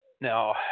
now